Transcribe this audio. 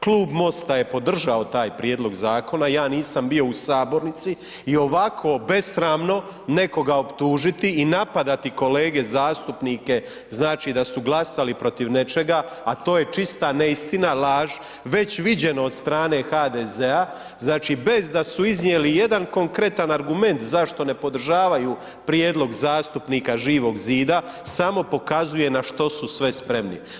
Klub MOST-a je podržao taj prijedlog Zakona, ja nisam bio u sabornici i ovako besramno nekoga optužiti i napadati kolege zastupnike, znači da su glasali protiv nečega, a to je čista neistina, laž, već viđeno od strane HDZ-a, znači bez da su iznijeli ijedan konkretan argument zašto ne podržavaju prijedlog zastupnika Živog zida, samo pokazuje na što su sve spremni.